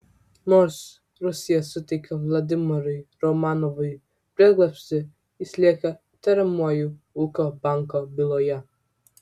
nors rusija suteikė vladimirui romanovui prieglobstį jis lieka įtariamuoju ūkio banko byloje